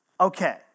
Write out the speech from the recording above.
Okay